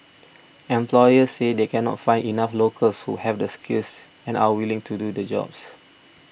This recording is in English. employers say they cannot find enough locals who have the skills and are willing to do the jobs